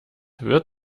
wird